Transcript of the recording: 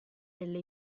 delle